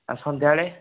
ଆଉ ସନ୍ଧ୍ୟାବେଳେ